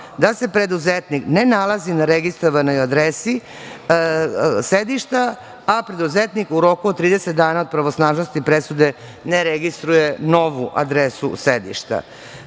da se preduzetnik ne nalazi na registrovanoj adresi sedišta, a preduzetnik u roku od 30 dana od pravosnažnosti presude ne registruje novu adresu sedišta. Kada